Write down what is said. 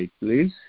please